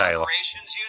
Operations